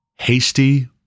hasty